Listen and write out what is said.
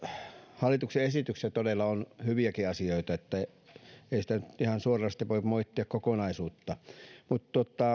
hallituksen esityksessä todella on hyviäkin asioita eli ei nyt ihan suoranaisesti voi moittia kokonaisuutta mutta